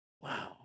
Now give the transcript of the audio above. Wow